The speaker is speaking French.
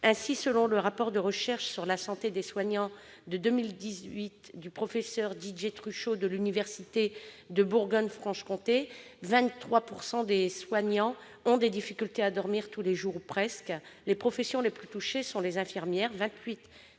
Ainsi, selon le rapport de recherche sur la santé des soignants, publié en 2018 par le professeur Didier Truchot de l'université de Bourgogne-Franche-Comté, 23 % des soignants ont des difficultés à dormir tous les jours ou presque. Les professions les plus touchées sont les infirmières, 28,8